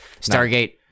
Stargate